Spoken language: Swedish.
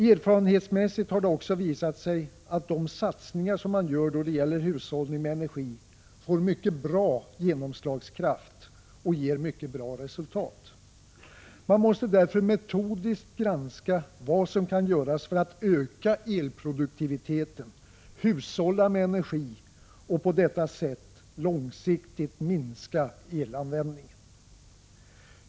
Erfarenhetsmässigt har det också visat sig att de satsningar man gör då det gäller hushållning med energi får mycket bra genomslagskraft och ger mycket bra resultat. Man måste därför metodiskt granska vad som kan göras för att öka elproduktiviteten, hushålla med energi och på detta sätt långsiktigt minska elanvändningen.